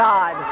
God